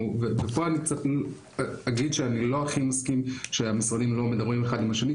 ופה אני אגיד שאני לא הכי מסכין שהמשרדים לא מדברים אחד עם השני,